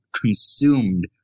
consumed